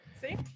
See